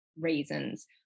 reasons